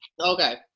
Okay